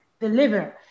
deliver